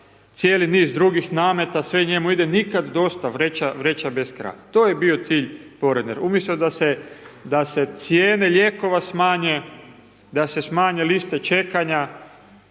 cijeli niz drugih nameta, sve njemu ide, nikad dosta, bez kraja. To je bio cilj porezne umjesto da se cijene lijekova smanje, da se smanje liste čekanja,